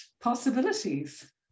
possibilities